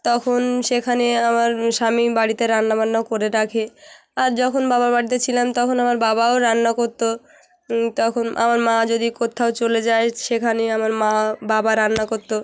তখন সেখানে আমার স্বামী বাড়িতে রান্না বান্না করে রাখে আর যখন বাবার বাড়িতে ছিলাম তখন আমার বাবাও রান্না করত তখন আমার মা যদি কোত্থাও চলে যায় সেখানে আমার মা বাবা রান্না করত